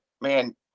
man